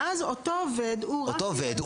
יש דבר כזה ואז אותו עובד הוא רק --- אותו עובד,